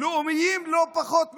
לאומיים לא פחות מהם.